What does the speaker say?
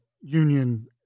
union